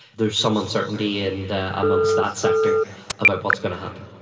there is some uncertainty and amongst that sector about what's going to happen.